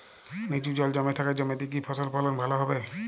নিচু জল জমে থাকা জমিতে কি ফসল ফলন ভালো হবে?